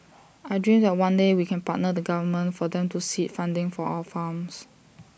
I dream that one day we can partner the government for them to seed funding for our farms